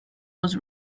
was